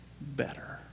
better